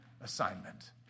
assignment